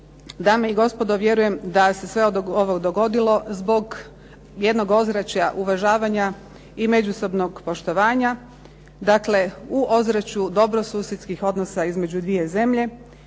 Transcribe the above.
Dame i gospodo, vjerujem da se sve ovo dogodilo zbog jednog ozračja uvažavanja i međusobnog poštovanja. Dakle u ozračju dobrosusjedskih odnosa između dvije zemlje.